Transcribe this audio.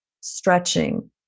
stretching